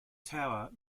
tower